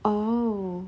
oh